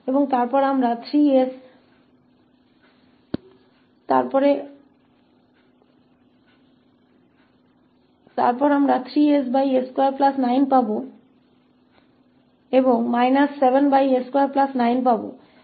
और फिर हमारे पास 3ss29 जैसा है वैसा ही है और हमारे पास 7s29 है